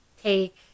take